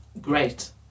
Great